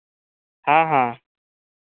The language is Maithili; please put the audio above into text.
हँ हँ